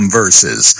verses